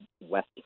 west